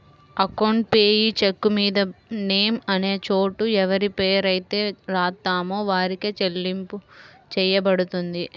account payee చెక్కుమీద name అనే చోట ఎవరిపేరైతే రాత్తామో వారికే చెల్లింపు చెయ్యబడుతుంది